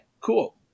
cool